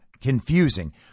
confusing